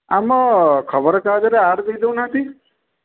ଆମ ଖବର କାଗଜରେ ଆଡ଼୍ ଦେଇ ଦେଉ ନାହାଁନ୍ତି